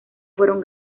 fueron